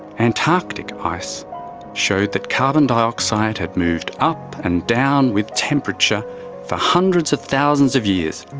antarctic ice showed that carbon dioxide had moved up and down with temperature for hundreds of thousands of years.